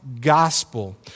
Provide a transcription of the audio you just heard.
gospel